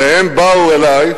והם באו אלי,